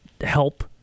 help